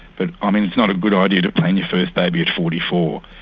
but um and it's not a good idea to plan your first baby at forty four.